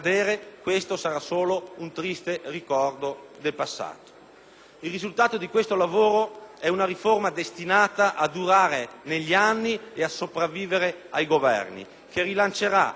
Il risultato di questo lavoro è una riforma destinata a durare negli anni ed a sopravvivere ai Governi, che rilancerà questo Paese sia dal punto di vista politico che amministrativo.